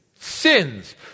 sins